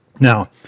Now